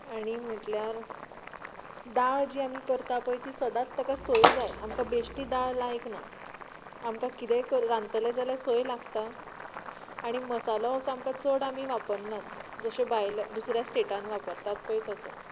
आनी म्हणल्यार दाळ जी आमी करतात पळय सदांच ताका सोय जाय आमकां बेश्टी दाळ लायक ना आमकां कितेंय रांदतलें जाल्यार सय लागता आनी मसालो असो चड आमी वापरनात जशे भायले दुसऱ्या स्टेटांत वापरतात पळय तसो